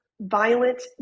violent